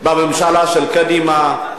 בממשלה של קדימה,